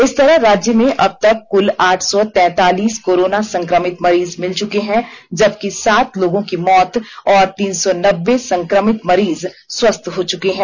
इस तरह राज्य में अबतक कुल आठ सौ तैंतालीस कोरोना संक्रमित मरीज मिल च्रके हैं जबकि सात लोगों की मौत और तीन सौ नब्बे संक्रमित मरीज स्वस्थ हो चुके हैं